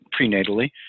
prenatally